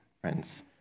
friends